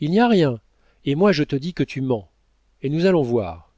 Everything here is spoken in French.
il n'y a rien et moi je te dis que tu mens et nous allons voir